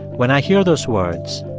when i hear those words,